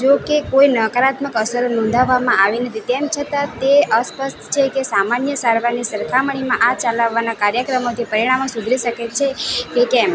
જો કે કોઈ નકારાત્મક અસરો નોંધાવામાં આવી નથી તેમ છતા તે અસ્પષ્ટ છે કે સામાન્ય સારવારની સરખામણીમાં આ ચાલવાના કાર્યક્રમોથી પરિણામો સુધરી શકે છે કે કેમ